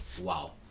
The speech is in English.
Wow